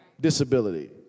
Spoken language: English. disability